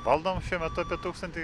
valdom šiuo metu apie tūkstantį